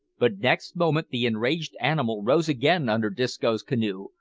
but next moment the enraged animal rose again under disco's canoe,